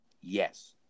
Yes